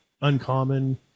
uncommon